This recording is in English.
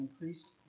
increased